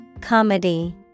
Comedy